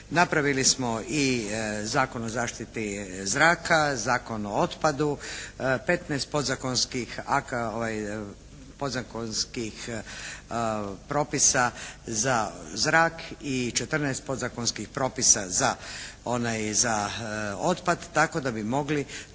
Napravili smo i Zakon o zaštiti zraka, Zakon o otpadu, petnaest podzakonskih propisa za zrak i četrnaest podzakonskih propisa za otpad, tako da bi mogli